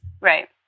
Right